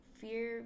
fear